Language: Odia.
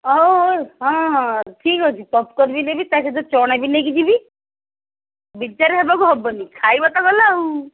ହଉ ହଁ ହଁ ଠିକ୍ ଅଛି ପପ୍କର୍ଣ୍ଣ ନେବି ତା ସହିତ ଚଣା ବି ନେଇକି ଯିବି ବିଜାର ହେବାକୁ ହେବନି ଖାଇବ ତ ଗଲା ଆଉ